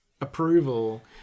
approval